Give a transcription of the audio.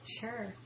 sure